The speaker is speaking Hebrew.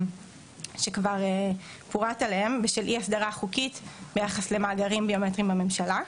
שכבר פורט עליהם ושל אי-הסדרה חוקית ביחס למאגרים ביומטריים בממשלה,